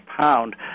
pound